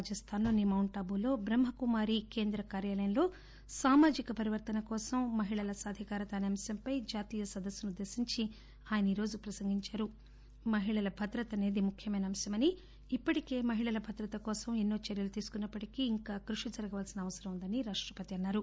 రాజస్థాన్లోని మౌంట్ అబూలో బ్రహ్మకుమారీ కేంద కార్యాలయంలో సామాజిక పరివర్తన కోసం మహిళల సాధికారత అనే అంశంపై జాతీయ సదస్సును ఉద్దేశించి ఆయన ఈ రోజు ప్రసంగించారు మహిళల భదత అనేది ముఖ్యమైన అంశమని ఇప్పటికే మహిళల భదత కోసం ఎన్నో చర్యలు తీసుకున్నప్పటికీ ఇంకా కృషి జరగాల్సిన అవసరం ఉందని ర్కాఫ్టపతి అన్నారు